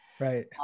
Right